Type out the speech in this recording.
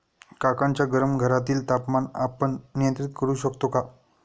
काकांच्या गरम घरातील तापमान आपण नियंत्रित करु शकतो का?